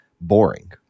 boring